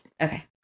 Okay